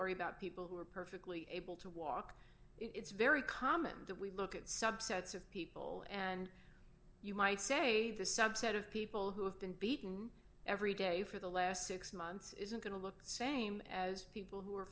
worry about people who are perfectly able to walk it's very common that we look at subsets of people and you might say the subset of people who have been beaten every day for the last six months isn't going to look the same as people who are